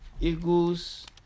Eagles